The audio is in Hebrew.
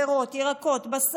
פירות וירקות טריים,